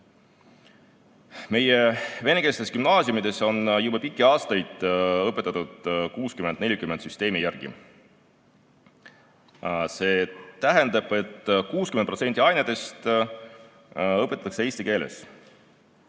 venekeelsetes gümnaasiumides on juba pikki aastaid õpetatud 60 : 40 süsteemi järgi. See tähendab, et 60% ainetest õpetatakse eesti keeles.